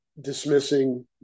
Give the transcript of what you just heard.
dismissing